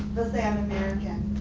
they'll say i'm american.